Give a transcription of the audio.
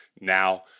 now